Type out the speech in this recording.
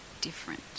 different